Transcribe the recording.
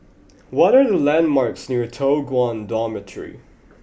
what are the landmarks near Toh Guan Dormitory